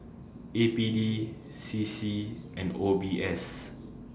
A P D C C and O B S